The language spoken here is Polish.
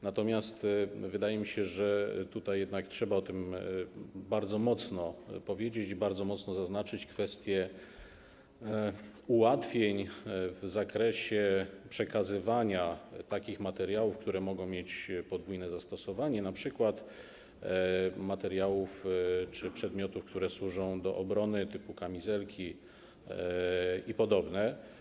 Natomiast wydaje mi się, że tutaj jednak trzeba o tym bardzo mocno powiedzieć i bardzo mocno zaznaczyć kwestie ułatwień w zakresie przekazywania takich materiałów, które mogą mieć podwójne zastosowanie, np. materiałów czy przedmiotów, które służą do obrony, typu kamizelki i podobne.